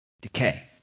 decay